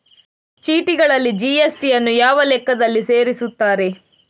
ಚೀಟಿಗಳಲ್ಲಿ ಜಿ.ಎಸ್.ಟಿ ಯನ್ನು ಯಾವ ಲೆಕ್ಕದಲ್ಲಿ ಸೇರಿಸುತ್ತಾರೆ?